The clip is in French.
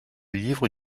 livre